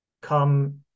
come